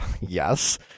yes